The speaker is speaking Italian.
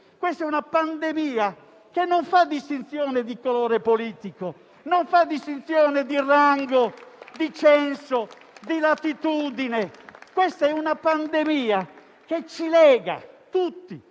Questa è una pandemia che non fa distinzione di colore politico e che non fa distinzione di rango, di censo o di latitudine; questa è una pandemia che ci lega tutti